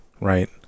Right